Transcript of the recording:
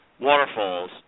waterfalls